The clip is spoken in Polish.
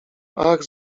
ach